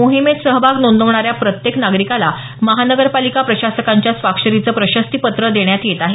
मोहिमेत सहभाग नोंदवणाऱ्या प्रत्येक नागरिकाला महानगरपालिका प्रशासकांच्या स्वाक्षरीचं प्रशस्ती पत्र देण्यात येत आहे